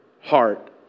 heart